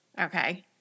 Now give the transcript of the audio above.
okay